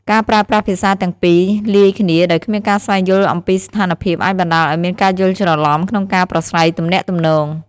ការប្រើប្រាស់ភាសាទាំងពីរលាយគ្នាដោយគ្មានការស្វែងយល់អំពីស្ថានភាពអាចបណ្តាលឱ្យមានការយល់ច្រឡំក្នុងការប្រាស្រ័យទំនាក់ទំនង។